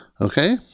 Okay